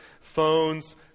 phones